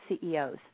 CEOs